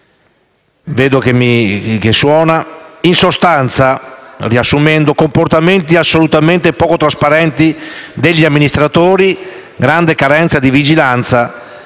patrimoniali. In sostanza, si riscontrano comportamenti assolutamente poco trasparenti degli amministratori, grande carenza di vigilanza